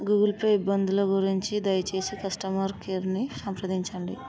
Google Pay ఇబ్బందుల గురించి దయచేసి కస్టమర్ కేర్ని సంప్రదించండి